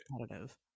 competitive